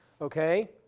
Okay